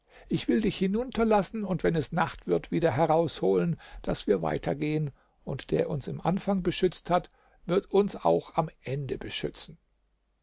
ich will dich hinunterlassen und wenn es nacht wird wieder herausholen daß wir weitergehen und der uns im anfang beschützt hat wird uns auch am ende beschützen